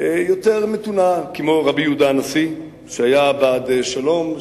יותר מתונה, כמו רבי יהודה הנשיא, שהיה בעד שלום.